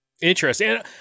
Interesting